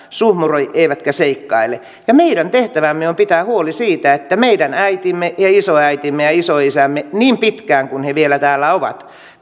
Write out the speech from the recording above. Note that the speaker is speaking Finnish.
suhmuroi eivätkä seikkaile meidän tehtävämme on pitää huoli siitä että meidän äitimme isoäitimme ja isoisämme niin pitkään kuin he vielä täällä ovat